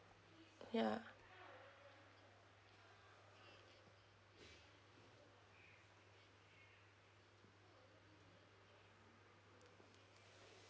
ya